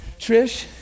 Trish